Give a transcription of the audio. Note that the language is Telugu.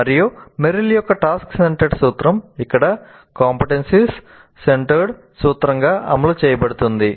మరియు మెరిల్ యొక్క టాస్క్ సెంటర్డ్ సూత్రం ఇక్కడ CO కంపెటెన్సీ సెంటర్డ్ సూత్రంగా అమలు చేయబడుతుంది